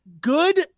good